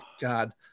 god